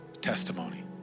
testimony